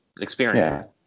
experience